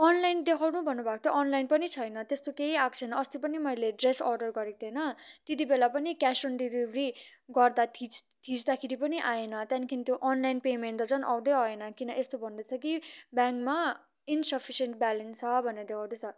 online देखाउनु भन्नुभएको थियो अनलाइन पनि छैन त्यस्तो केही आएको छैन अस्ति पनि मैले ड्रेस अर्डर गरेको थिएँ होइन त्यति बेला पनि क्यास अन डेलिभरी गर्दा थिच्दाखेरि पनि आएन त्यहाँदेखिन् त्यो अनलाइन पेमेन्ट त झन् आउँदै आएन किन यस्तो भन्दैथ्यो कि ब्याङ्कमा इनसफिसेन्ट ब्यालेन्स छ भनेर देखाउँदैछ